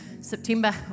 September